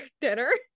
dinner